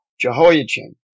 Jehoiachin